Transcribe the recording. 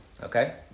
Okay